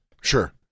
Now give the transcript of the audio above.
Sure